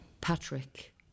Patrick